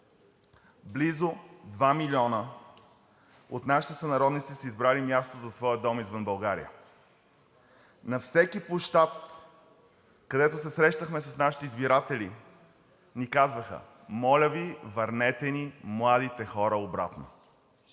Близо два милиона от нашите сънародници са избрали място за свой дом извън България. На всеки площад, където се срещахме с нашите избиратели, ни казваха: „Моля Ви, върнете ни младите хора обратно.“